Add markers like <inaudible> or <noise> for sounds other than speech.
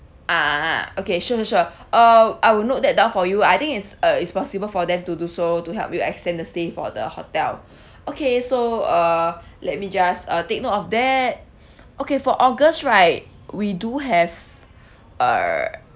ah ah ah okay sure sure sure <breath> uh I will note that down for you I think it's uh it's possible for them to do so to help you extend the stay for the hotel <breath> okay so uh <breath> let me just uh take note of that <breath> okay for august right we do have <breath> err